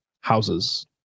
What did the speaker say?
houses